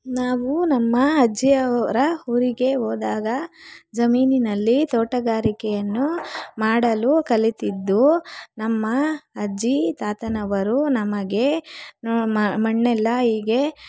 ನಾವು ನಮ್ಮಅಜ್ಜಿ ಅವರ ಊರಿಗೆ ಹೋದಾಗ ಜಮೀನಿನಲ್ಲಿ ತೋಟಗಾರಿಕೆಯನ್ನು ಮಾಡಲು ಕಲಿತಿದ್ದು ನಮ್ಮ ಅಜ್ಜಿ ತಾತನವರು ನಮಗೆ ಮಣ್ಣೆಲ್ಲ ಹೀಗೆ